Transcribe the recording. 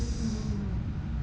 for what oh ya